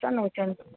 ନେଉଛନ୍ତି